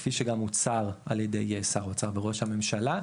כפי שגם הוצהר על-ידי שר האוצר וראש הממשלה,